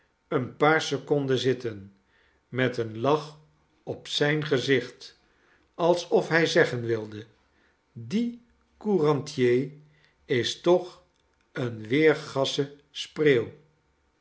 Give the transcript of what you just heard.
een paar seconden zitten met een lach op zijn gezicht alsof hy zeggen wilde die courantier is toch een weergasche spreeuw